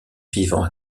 vivant